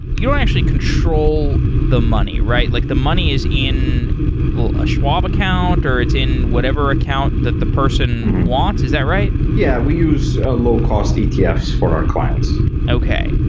you don't actually control the money. like the money is in a schwab account or it's in whatever account that the person wants. is that right? yeah. we use ah low cost atfs for our clients okay.